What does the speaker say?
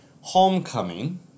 Homecoming